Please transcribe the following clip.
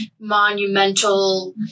monumental